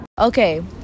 Okay